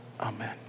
Amen